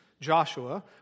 Joshua